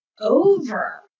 over